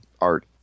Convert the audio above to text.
art